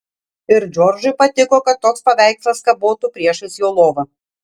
ir džordžui patiko kad toks paveikslas kabotų priešais jo lovą